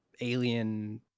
alien